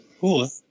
Cool